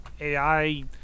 AI